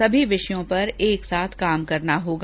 सभी विषयों पर एक साथ काम करना होगा